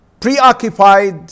preoccupied